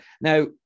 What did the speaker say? now